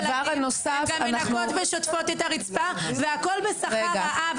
הן גם מנקות ושוטפות את הרצפה והכול בשכר רעב,